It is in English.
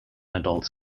adults